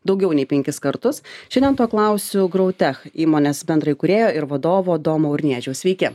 daugiau nei penkis kartus šiandien to klausiu growtech įmonės bendraįkūrėjo ir vadovo domo urniežiaus sveiki